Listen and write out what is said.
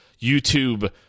YouTube